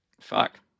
fuck